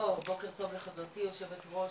בוקר טוב לחברתי יושבת ראש